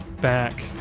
back